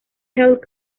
health